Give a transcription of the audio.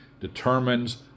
determines